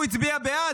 הוא הצביע בעד.